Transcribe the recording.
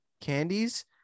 candies